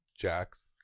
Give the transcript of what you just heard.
Jack's